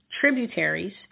tributaries